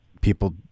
people